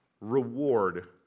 reward